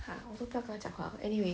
!huh! 我都不要跟他讲话 anyway